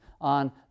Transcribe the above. on